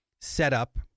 setup